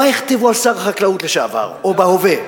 מה יכתבו על שר החקלאות לשעבר, או בהווה?